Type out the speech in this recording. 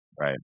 Right